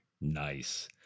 Nice